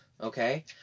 okay